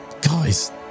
guys